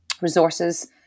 resources